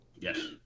Yes